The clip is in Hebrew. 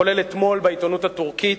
כולל אתמול בעיתונות הטורקית,